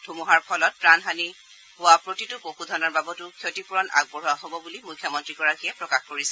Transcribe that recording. ধুমুহাৰ ফলত প্ৰাণহানি প্ৰতিটো পশুধনৰ বাবদো ক্ষতিপূৰণ আগবঢ়োৱা হব বুলি মুখ্যমন্ত্ৰীগৰাকীয়ে প্ৰকাশ কৰিছে